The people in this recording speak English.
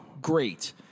Great